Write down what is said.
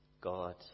God